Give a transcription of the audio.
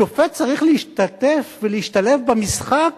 השופט צריך להשתתף ולהשתלב במשחק